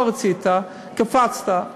לא רצית, קפצת,